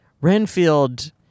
Renfield